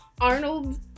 Arnold